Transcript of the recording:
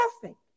perfect